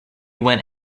went